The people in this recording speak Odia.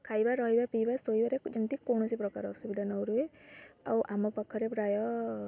ଖାଇବା ରହିବା ପିଇବା ଶୋଇବାରେ ଯେମିତି କୌଣସି ପ୍ରକାର ଅସୁବିଧା ନ ରୁହେ ଆଉ ଆମ ପାଖରେ ପ୍ରାୟ